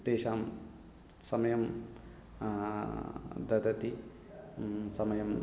तेषां समयं ददाति समयम्